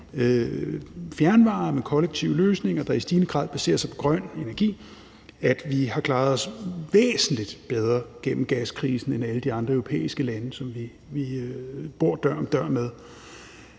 fjernvarme og kollektive løsninger, der i stigende grad baserer sig på grøn energi, og at vi har klaret os væsentligt bedre igennem gaskrisen end alle de andre europæiske lande, som vi bor dør om dør med.